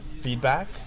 feedback